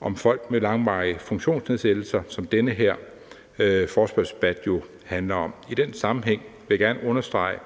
om folk med langvarige funktionsnedsættelser, som den her forespørgselsdebat jo handler om. I den sammenhæng vil jeg gerne understrege,